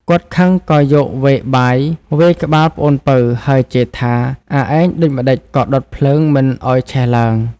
គាត់ខឹងក៏យកវែកបាយវាយក្បាលប្អូនពៅ ហើយជេរថា "អាឯងដូចម្ដេចក៏ដុតភ្លើងមិនឱ្យឆេះឡើង?។